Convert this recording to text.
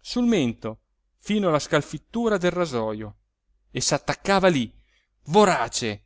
sul mento fino alla scalfittura del rasojo e s'attaccava lí vorace